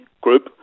group